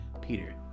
Peter